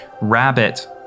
Rabbit